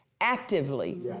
actively